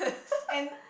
and